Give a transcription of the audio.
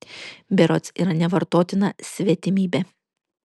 berods yra nevartotina svetimybė